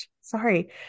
sorry